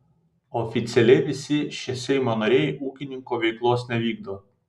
oficialiai visi šie seimo nariai ūkininko veiklos nevykdo